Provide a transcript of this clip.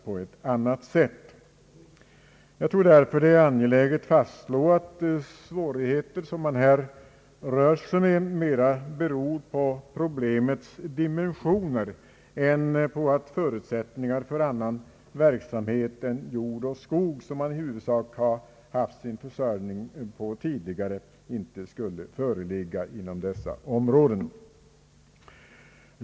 Det är därför angeläget att fastslå att de svårigheter som man här möter mera beror på problemets dimensioner än på att förutsättningar för annan verksamhet än jordoch skogsbruk, som man i huvudsak har haft sin försörjning av tidigare, inte skulle föreligga inom dessa områden.